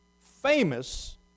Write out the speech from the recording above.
famous